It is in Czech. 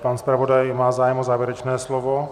Pan zpravodaj má zájem o závěrečné slovo?